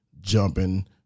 jumping